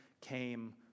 came